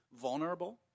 vulnerable